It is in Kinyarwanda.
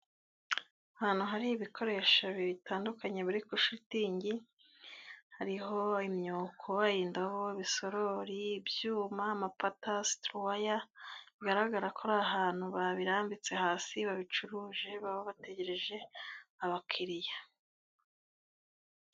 Ahantu hari ibikoresho bitandukanye biri kuri shitingi hariho: imyuko, indobo, bisorori, ibyuma, amapata, situruwaya. Bigaragara ko ari ahantu babirambitse hasi, babicuruje baba bategereje abakiriya.